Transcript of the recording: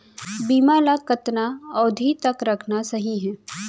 बीमा ल कतना अवधि तक रखना सही हे?